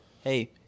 Hey